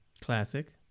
Classic